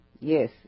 Yes